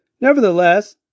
Nevertheless